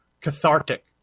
cathartic